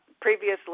previously